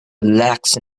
relax